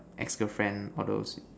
ex girlfriend all those